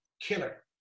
killer